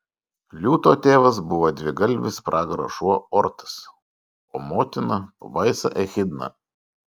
liūto tėvas buvo dvigalvis pragaro šuo ortas o motina pabaisa echidna